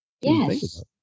Yes